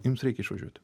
jums reikia išvažiuoti